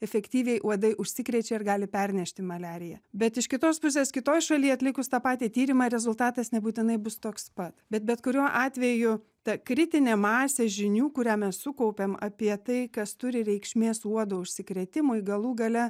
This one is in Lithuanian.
efektyviai uodai užsikrečia ir gali pernešti maliariją bet iš kitos pusės kitoj šaly atlikus tą patį tyrimą rezultatas nebūtinai bus toks pat bet bet kuriuo atveju ta kritinė masė žinių kurią mes sukaupėm apie tai kas turi reikšmės uodo užsikrėtimui galų gale